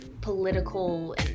political